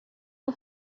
och